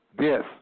Yes